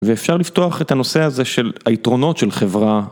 ואפשר לפתוח את הנושא הזה של היתרונות של חברה.